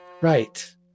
Right